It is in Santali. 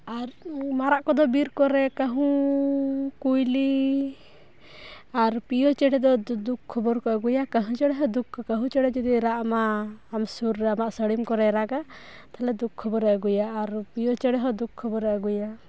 ᱟᱨ ᱢᱟᱨᱟᱜ ᱠᱚᱫᱚ ᱵᱤᱨ ᱠᱚᱨᱮ ᱟᱨ ᱠᱟᱹᱦᱩ ᱠᱩᱭᱞᱤ ᱟᱨ ᱯᱤᱭᱳ ᱪᱮᱬᱮ ᱫᱚ ᱫᱩᱠ ᱠᱷᱚᱵᱚᱨ ᱠᱚ ᱟᱹᱜᱩᱭᱟ ᱠᱟᱹᱦᱩ ᱪᱮᱬᱮ ᱦᱚᱸ ᱫᱩᱠ ᱠᱟᱹᱦᱩ ᱪᱮᱬᱮ ᱡᱩᱫᱤ ᱨᱟᱜ ᱟᱢᱟ ᱟᱢ ᱥᱩᱨ ᱨᱮ ᱟᱢᱟᱜ ᱥᱟᱺᱲᱤᱢ ᱠᱚᱨᱮ ᱨᱟᱸᱜᱽ ᱟᱭ ᱛᱟᱦᱚᱞᱮ ᱫᱩᱠ ᱠᱷᱚᱵᱮᱨᱮ ᱟᱹᱜᱩᱭᱟ ᱟᱨ ᱯᱤᱭᱳ ᱪᱮᱬᱮ ᱦᱚᱸ ᱫᱩᱠ ᱠᱷᱚᱵᱚᱨᱮ ᱟᱹᱜᱩᱭᱟ